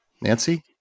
Nancy